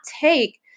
take